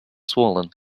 swollen